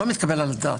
מסכים.